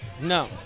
No